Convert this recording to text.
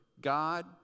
God